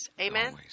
Amen